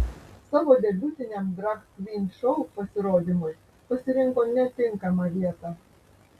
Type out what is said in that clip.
savo debiutiniam drag kvyn šou pasirodymui pasirinko netinkamą vietą